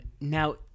now